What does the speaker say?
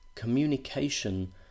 Communication